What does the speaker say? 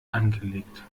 angelegt